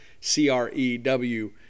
C-R-E-W